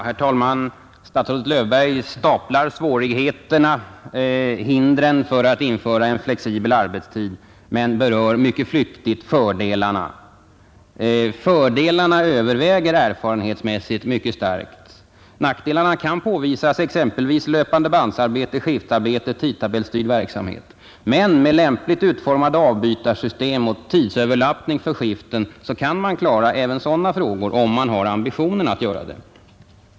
Herr talman! Statsrådet Löfberg staplar upp svårigheterna och hindren för att införa en flexibel arbetstid men berör fördelarna mycket flyktigt. Fördelarna överväger erfarenhetsmässigt mycket starkt. Nackdelarna kan påvisas, exempelvis när det gäller löpandebandsarbete, 31 skiftarbete och tidtabellsstyrd verksamhet, men med lämpligt utformade avbytarsystem och tidsöverlappning för skiften kan man klara även sådana problem, om man har ambitionen att göra det.